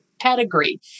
pedigree